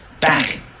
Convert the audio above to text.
back